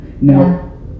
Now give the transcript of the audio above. Now